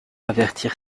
avertir